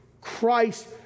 Christ